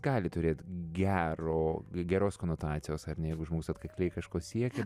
gali turėt gero geros konotacijos ar ne jeigu žmogus atkakliai kažko siekia